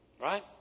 Right